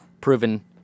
Proven